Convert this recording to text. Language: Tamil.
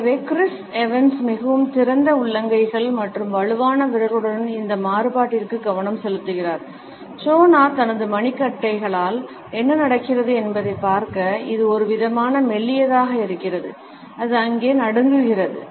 எனவே கிறிஸ் எவன்ஸ் மிகவும் திறந்த உள்ளங்கைகள் மற்றும் வலுவான விரல்களுடன் இந்த மாறுபாட்டிற்கு கவனம் செலுத்துகிறார் ஜோனா தனது மணிகட்டைகளால் என்ன நடக்கிறது என்பதைப் பார்க்க இது ஒருவிதமான மெல்லியதாக இருக்கிறது அது அங்கே நடுங்குகிறது